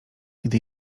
gdy